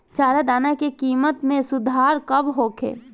चारा दाना के किमत में सुधार कब होखे?